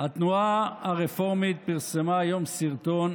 התנועה הרפורמית פרסמה היום סרטון